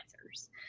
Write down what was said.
answers